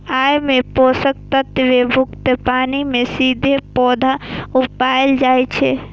अय मे पोषक तत्व युक्त पानि मे सीधे पौधा उगाएल जाइ छै